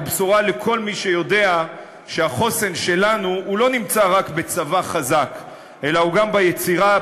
הוא בשורה לכל מי שיודע שהחוסן שלנו לא נמצא רק בצבא חזק אלא גם ביצירה,